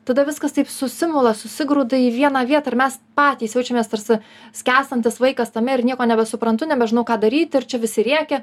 tada viskas taip susimala susigrūda į vieną vietą ir mes patys jaučiamės tarsi skęstantis vaikas tame ir nieko nebesuprantu nebežinau ką daryti ir čia visi rėkia